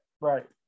Right